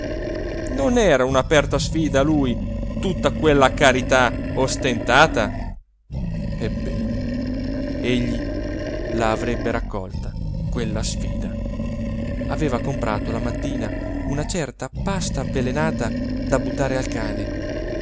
non era un'aperta sfida a lui tutta quella carità ostentata ebbene egli la avrebbe raccolta quella sfida aveva comperato la mattina una certa pasta avvelenata da buttare al cane